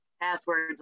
passwords